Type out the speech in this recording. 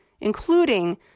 including